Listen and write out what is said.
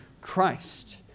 Christ